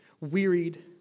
wearied